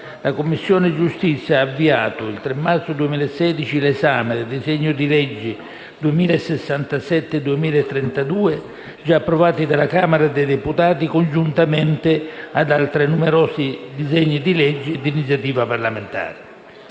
la Commissione giustizia ha avviato, il 3 marzo 2016, l'esame dei disegni di legge n. 2067 e 2032, già approvati dalla Camera dei deputati, congiuntamente ad altri numerosi disegni di legge di iniziativa parlamentare.